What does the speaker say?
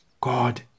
God